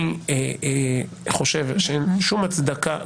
אני חושב שאין שום הצדקה.